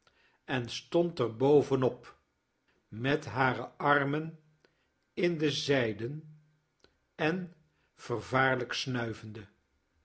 en stond er bovenop met hare armen in de zijden en vervaarlftk snuivende